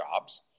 jobs